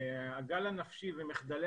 הגל הנפשי ומחדלי